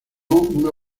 una